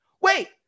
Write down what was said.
Wait